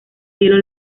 cielo